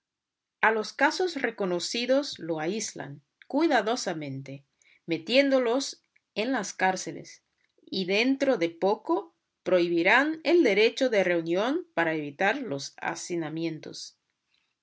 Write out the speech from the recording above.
a los casos reconocidos los aíslan cuidadosamente metiéndolos en las cárceles y dentro de poco prohibirán el derecho de reunión para evitar los hacinamientos